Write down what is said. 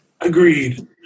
Agreed